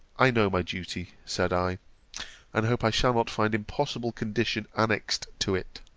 i know my duty, said i and hope i shall not find impossible condition annexed to it.